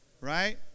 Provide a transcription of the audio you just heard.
right